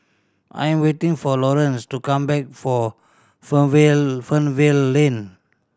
I am waiting for Lawrance to come back for Fernvale Lane